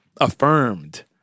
affirmed